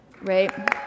right